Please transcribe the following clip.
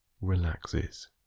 relaxes